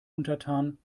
untertan